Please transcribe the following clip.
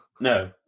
No